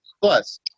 Plus